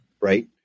right